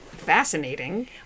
Fascinating